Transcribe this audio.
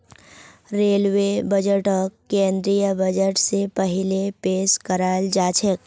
railway बजटक केंद्रीय budget स पहिले पेश कराल जाछेक